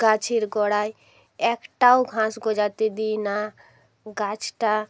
গাছের গড়াই একটাও ঘাস গজাতে দিই না গাছটা